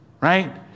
Right